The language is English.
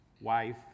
wife